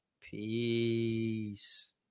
Peace